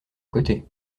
côté